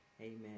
Amen